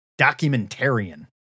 documentarian